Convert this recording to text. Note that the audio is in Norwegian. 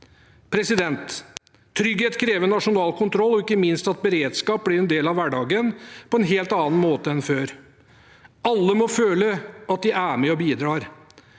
Norge. Trygghet krever nasjonal kontroll og ikke minst at beredskap blir en del av hverdagen på en helt annen måte enn før. Alle må føle at de er med og bidrar.